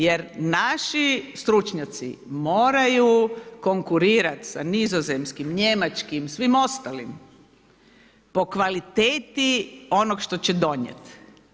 Jer naši stručnjaci moraju konkurirati sa nizozemskim, njemačkim, svim ostalim po kvaliteti onog što će donijeti.